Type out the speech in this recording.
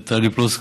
את טלי פלוסקוב,